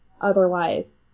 otherwise